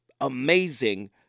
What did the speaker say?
amazing